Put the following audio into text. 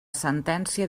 sentència